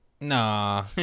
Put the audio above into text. nah